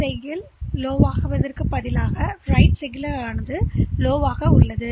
D சிக்னலுக்கு பதிலாக குறைந்த WR சிக்னல் குறைவாக செல்லும்